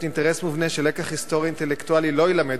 אינטרס מובנה שלקח היסטורי אינטלקטואלי לא יילמד,